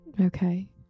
Okay